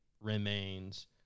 Remains